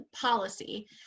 policy